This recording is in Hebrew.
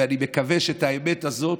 ואני מקווה שאת האמת הזאת,